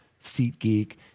SeatGeek